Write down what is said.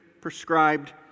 prescribed